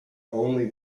only